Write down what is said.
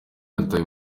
atwaye